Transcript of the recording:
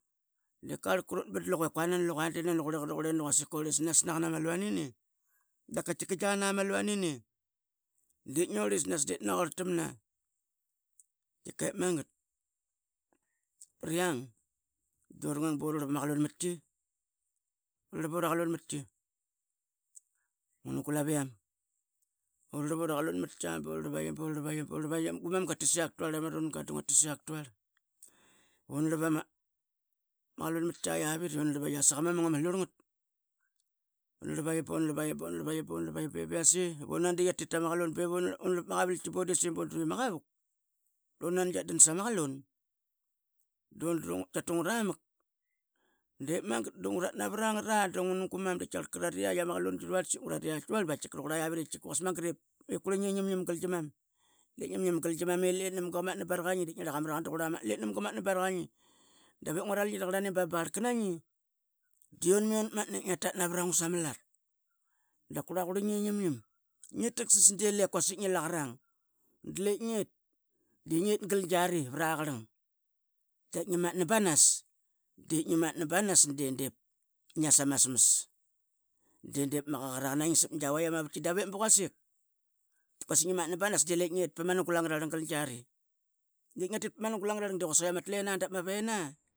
I dip qarl qrut ba dlu qa l qua nu quasik qurlisnas da katkika gia na ma luan ini ip ngurlisnas dip na quarl tamna, Dep magat priang du rangang bu rarlap ura klun matki nguan glavian urarlap ura klun matki urartap burarlap, gu man qa tit siak tuarel ama runga du nga tit siak tuarl. Un rlap ama klun matki avit sak ama mung ama slurl ngat unrlap bun rlap be viase un nan. Tkia tit ta ma klun dav un rlap ma qavalki nu det saiqi bu dru l maqavuk. Dun nan tkia dan sama klun ruarl da ngrat iat tuarl ba katka ravqurla iavit ba katki ba quasik magat i qurlini ngimgim gal gimam i lep nam ga qa matna barakani. Ip nginarli gimam qar maraqan ta qrlani dave ngua ral ngi raqarlani ba ma barlka na ngi di unmi un atmatna da lar kurlra qurlingi ngimgim i lep quasik laqrang. Dlep nget gal lar kurla qurlingi ngimgim i lep quasik laqrang. Dlep nget gal giari pra qrlang datmatna banas di dip ngias ama smas, di dip ma qaqaraka na ngi sap giavatk ama vatki davip quasik ngiatmatna banas di lep nget pama nugul angrarlang gal giari. Ngia tit pa mangul angrarlang di quasik l iama tlena dap ma vena.